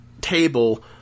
table